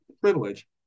privilege